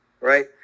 right